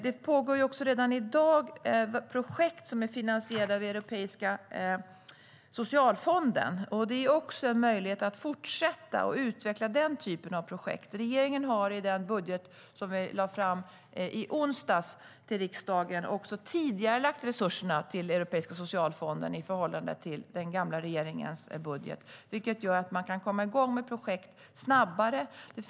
Det pågår redan i dag projekt som är finansierade av Europeiska socialfonden. Det är också en möjlighet att fortsätta att utveckla den typen av projekt. Regeringen har i den budget som vi lade fram i onsdags också tidigarelagt resurserna till Europeiska socialfonden i förhållande till den gamla regeringens budget, vilket gör att man kan komma igång med projekt snabbare.